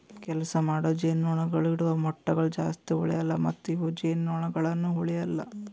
ಕೆಲಸ ಮಾಡೋ ಜೇನುನೊಣಗೊಳ್ ಇಡವು ಮೊಟ್ಟಗೊಳ್ ಜಾಸ್ತಿ ಉಳೆಲ್ಲ ಮತ್ತ ಇವು ಜೇನುನೊಣಗೊಳನು ಉಳೆಲ್ಲ